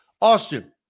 Austin